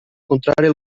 contrari